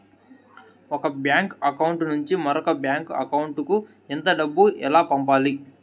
ఒక bank account నుంచి మరొక బ్యాంకు అకౌంట్ కు ఎంత డబ్బు ఎలా పంపాలి